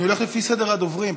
אני הולך לפי סדר הדוברים.